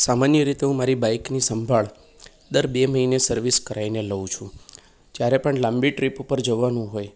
સામાન્ય રીતે હું મારી બાઇકની સંભાળ દર બે મહિને સર્વિસ કરાવીને લઉં છું જ્યારે પણ લાંબી ટ્રીપ પર જવાનું હોય